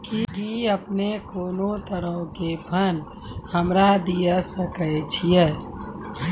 कि अपने कोनो तरहो के फंड हमरा दिये सकै छिये?